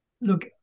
look